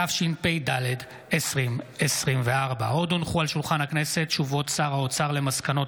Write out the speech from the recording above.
התשפ"ד 2024. הודעות שר האוצר על מסקנות